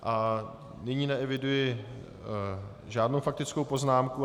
A nyní neeviduji žádnou faktickou poznámku.